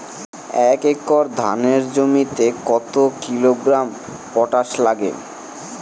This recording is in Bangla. এক একর ধানের জমিতে কত কিলোগ্রাম পটাশ লাগে?